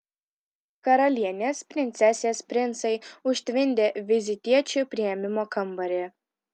karalienės princesės princai užtvindė vizitiečių priėmimo kambarį